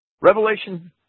Revelation